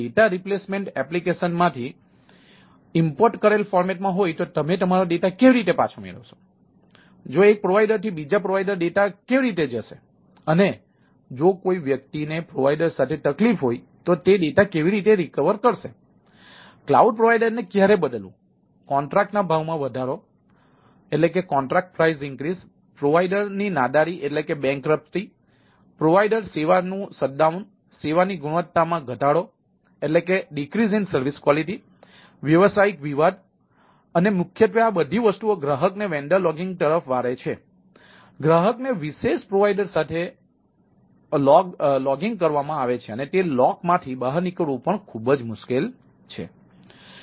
સંભવિત પ્રોવાઇડરને પૂછો જો ડેટા રિપ્લેસમેન્ટ એપ્લિકેશનમાંથી બહાર નીકળવું ખૂબ મુશ્કેલ છે